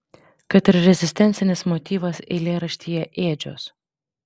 kad ir rezistencinis motyvas eilėraštyje ėdžios